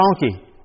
donkey